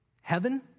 heaven